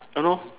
!hannor!